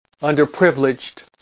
underprivileged